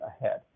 ahead